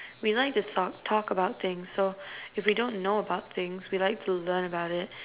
we like to talk talk about things so if we don't know about things we like to learn about it